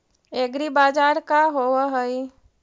एग्रीबाजार का होव हइ?